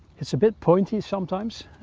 it's a bit pointy sometimes,